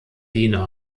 diener